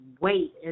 wait